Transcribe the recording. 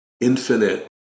infinite